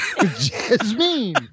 Jasmine